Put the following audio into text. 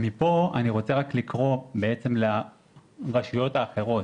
מפה אני רוצה לקרוא לרשויות האחרות: